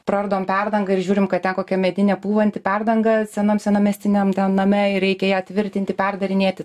praardom perdangą ir žiūrim kad ten kokia medinė pūvanti perdanga senam senam mistiniam name ir reikia ją tvirtinti perdarinėti